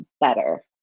better